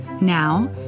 Now